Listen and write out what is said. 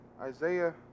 Isaiah